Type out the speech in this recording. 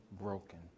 broken